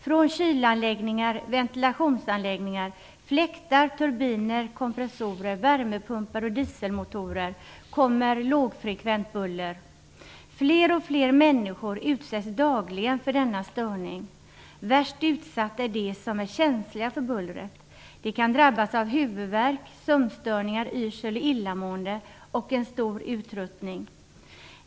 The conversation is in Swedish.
Från kylanläggningar, ventilationsanläggningar, fläktar, turbiner kompressorer, värmepumpar och dieselmotorer kommer lågfrekvent buller. Fler och fler människor utsätts dagligen för denna störning. Värst utsatta är de som är känsliga för bullret. De kan drabbas av huvudvärk, sömnstörningar, yrsel, illamående och en stor uttröttning.